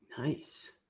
Nice